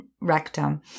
rectum